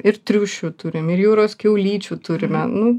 ir triušių turim ir jūros kiaulyčių turime nu